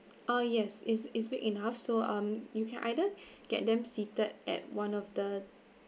ah yes it's it's big enough so um you can either get them seated at one of the